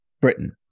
Britain